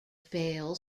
fail